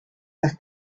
las